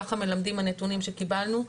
כך מלמדים הנתונים שקיבלנו,